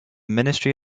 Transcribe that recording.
ministry